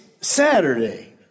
Saturday